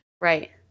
Right